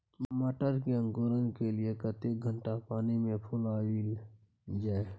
मटर के अंकुरण के लिए कतेक घंटा पानी मे फुलाईल जाय?